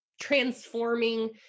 transforming